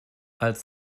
als